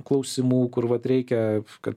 klausimų kur vat reikia kad